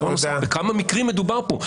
דבר נוסף, בכמה מקרים מדובר פה?